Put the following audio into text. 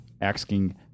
Asking